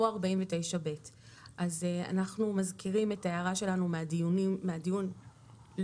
או 49ב. אנחנו מזכירים את ההערה שלנו מהדיון שלפני הדיון האחרון,